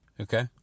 okay